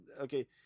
okay